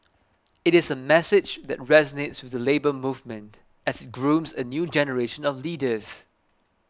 it is a message that resonates with the Labour Movement as it grooms a new generation of leaders